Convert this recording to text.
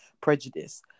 prejudice